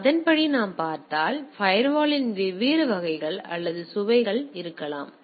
எனவே அதன்படி நாம் பார்த்தால் ஃபயர்வாலின் வெவ்வேறு வகைகள் அல்லது சுவைகள் இருக்கலாம்